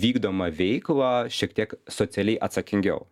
vykdomą veiklą šiek tiek socialiai atsakingiau